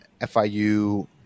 FIU